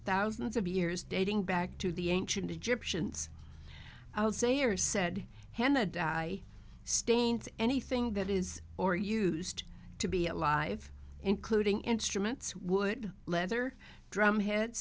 thousands of years dating back to the ancient egyptians i would say or said hand that stained anything that is or used to be alive including instruments would leather drum h